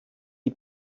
die